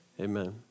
amen